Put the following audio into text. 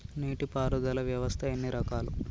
నీటి పారుదల వ్యవస్థ ఎన్ని రకాలు?